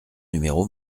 numéro